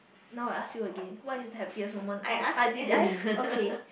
now I ask you again what is the happiest moment oh I did I okay